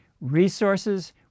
resources